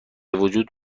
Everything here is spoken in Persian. وجود